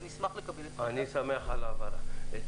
אני שמח על ההבהרה.